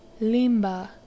Limba